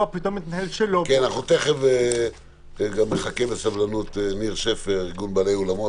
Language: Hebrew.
אנחנו מחכים בסבלנות לניר שפר מארגון בעלי האולמות